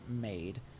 made